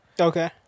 Okay